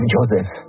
Joseph